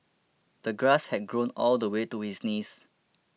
the grass had grown all the way to his knees